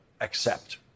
accept